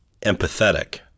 empathetic